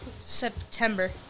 September